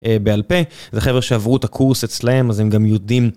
בעל פה, זה חבר'ה שעברו את הקורס אצלם, אז הם גם יודעים.